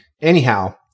Anyhow